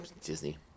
Disney